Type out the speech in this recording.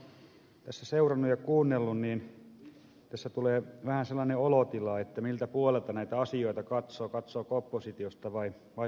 kun tätä keskustelua on tässä seurannut ja kuunnellut niin tässä tulee vähän sellainen olotila miltä puolelta näitä asioita katsoo katsooko oppositiosta vai hallitusrintamasta